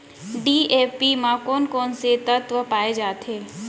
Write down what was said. DAP म कोन कोन से तत्व पाए जाथे?